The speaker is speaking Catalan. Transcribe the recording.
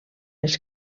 les